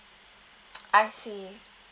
I see